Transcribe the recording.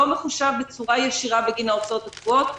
מחושב בצורה ישירה בגין ההוצאות הקבועות,